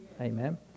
Amen